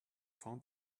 found